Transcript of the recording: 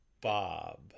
bob